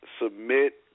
submit